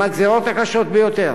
עם הגזירות הקשות ביותר.